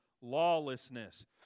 lawlessness